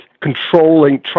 controlling